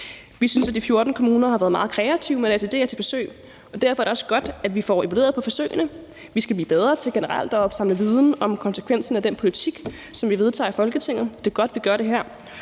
Vi synes, at de 14 kommuner har været meget kreative med deres idéer til forsøg, og derfor er det også godt, at vi får evalueret på forsøgene. Vi skal blive bedre til generelt at opsamle viden om konsekvensen af den politik, som vi vedtager i Folketinget. Det er godt, at vi gør det her,